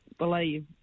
believe